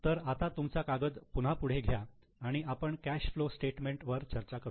तर आता तुमचा कागद पुन्हा पुढे घ्या आणि आपण कॅश फ्लो स्टेटमेंट वर चर्चा करू